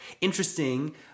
interesting